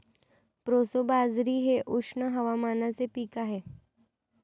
proso बाजरी हे उष्ण हवामानाचे पीक आहे